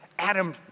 Adam